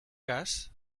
cas